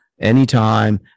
Anytime